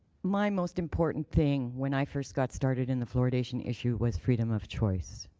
my most important thing when i first got started in the fluoridation issue was freedom of choice.